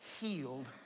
Healed